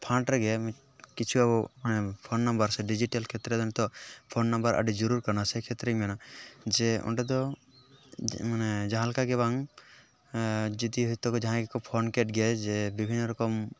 fund ᱨᱮᱜᱮ ᱠᱤᱪᱷᱩ ᱟᱵᱚ ᱢᱟᱱᱮ ᱯᱷᱳᱱ ᱱᱟᱢᱵᱟᱨ ᱥᱮ ᱰᱤᱡᱤᱴᱮᱞ ᱠᱷᱮᱛᱨᱮ ᱫᱚ ᱱᱤᱛᱚᱜ ᱯᱷᱳᱱ ᱱᱟᱢᱵᱟᱨ ᱟᱹᱰᱤ ᱡᱚᱨᱩᱨ ᱠᱟᱱᱟ ᱥᱮ ᱠᱷᱮᱛᱨᱮᱧ ᱢᱮᱱᱟ ᱡᱮ ᱚᱸᱰᱮᱫᱚ ᱢᱟᱱᱮ ᱡᱟᱦᱟᱸᱞᱮᱠᱟ ᱜᱮ ᱵᱟᱝ ᱡᱩᱫᱤ ᱦᱳᱭᱛᱚ ᱡᱟᱦᱟᱸᱠᱚ ᱯᱷᱳᱱᱠᱮᱫ ᱜᱮᱭᱟ ᱡᱮ ᱵᱤᱵᱷᱤᱱᱱᱚ ᱨᱚᱠᱚᱢ